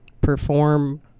perform